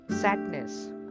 sadness